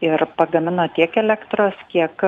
ir pagamina tiek elektros kiek